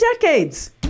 decades